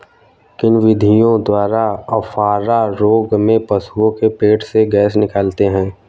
किन विधियों द्वारा अफारा रोग में पशुओं के पेट से गैस निकालते हैं?